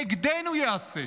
נגדנו ייעשה,